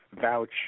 vouch